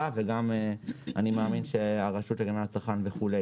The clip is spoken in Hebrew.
ואני מאמין שגם הרשות להגנת הצרכן וכו'.